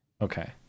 Okay